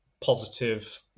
positive